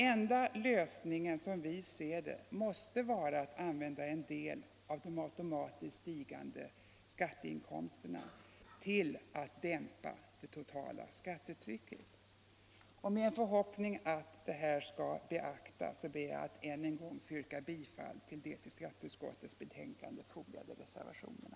Enda lösningen, som vi ser det, måste vara att använda en del av de automatiskt stigande skatteinkomsterna till att dämpa det totala skattetrycket. Med en förhoppning om att detta skall beaktas ber jag att än en gång få yrka bifall till de vid skatteutskottets betänkande fogade reservationerna.